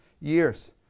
years